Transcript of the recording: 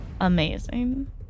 Amazing